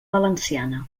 valenciana